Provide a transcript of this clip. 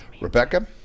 Rebecca